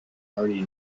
already